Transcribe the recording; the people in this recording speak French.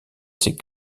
ses